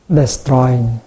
destroying